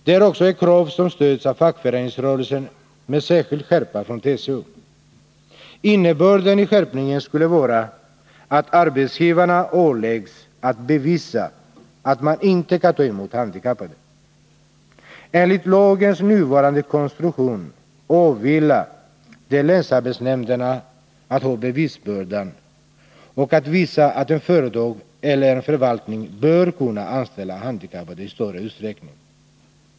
Det är också ett krav som stöds av fackföreningsrörelsen, med särskild skärpa från TCO. Innebörden i skärpningen skulle vara att arbetsgivarna åläggs att bevisa att man inte kan ta emot handikappade. Enligt lagens nuvarande konstruktion åvilar det länsarbetsnämnderna att ha bevisbördan och att visa att ett företag eller en förvaltning bör kunna anställa handikappade i större utsträckning.